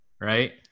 right